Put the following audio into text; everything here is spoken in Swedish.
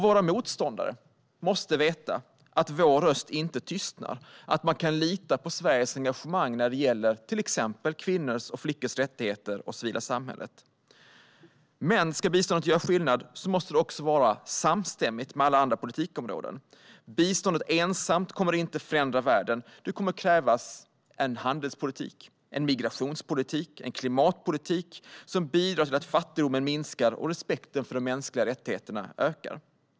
Våra motståndare måste också veta att vår röst inte tystnar och att man kan lita på Sveriges engagemang, till exempel när det gäller kvinnors och flickors rättigheter och det civila samhället. Om biståndet ska göra skillnad måste det också vara samstämmigt med alla andra politikområden. Bistånd ensamt kommer inte att förändra världen. Det kommer att krävas en handelspolitik, en migrationspolitik och en klimatpolitik som bidrar till att fattigdomen minskar och respekten för de mänskliga rättigheterna ökar.